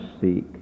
seek